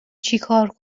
چیکار